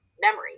memory